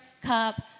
cup